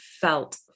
felt